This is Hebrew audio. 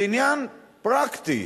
זה עניין פרקטי,